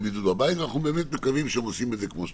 בבית ואנחנו מקווים שהם עושים את זה כמו שצריך.